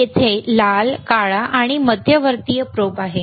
तेथे लाल काळा आणि मध्यवर्ती प्रोब आहेत